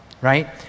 right